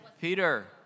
Peter